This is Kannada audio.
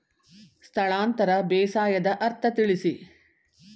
ಸ್ಥಳಾಂತರ ಬೇಸಾಯದ ಅರ್ಥ ತಿಳಿಸಿ?